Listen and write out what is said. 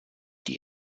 die